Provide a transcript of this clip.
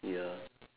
ya